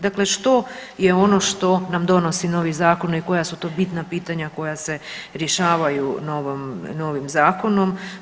Dakle, što je ono što nam donosi novi zakon i koja su to bitna pitanja koja se rješavaju novim zakonom?